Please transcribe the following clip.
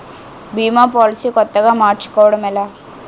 భీమా policy కొత్తగా మార్చుకోవడం ఎలా?